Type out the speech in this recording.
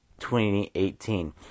2018